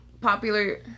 popular